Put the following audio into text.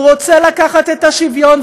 הוא רוצה לקחת את השוויון,